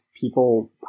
people